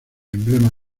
emblema